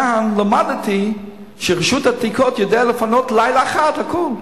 כאן למדתי שרשות העתיקות יודעת לפנות בלילה אחד הכול.